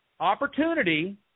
opportunity